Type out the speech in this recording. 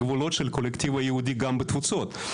הגבולות של הקולקטיבה היהודית גם בתפוצות.